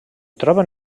troben